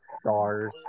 stars